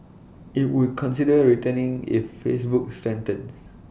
IT would consider returning if Facebook strengthens